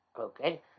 okay